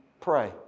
pray